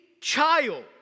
child